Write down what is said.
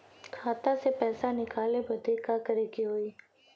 खाता से पैसा निकाले बदे का करे के होई?